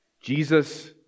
Jesus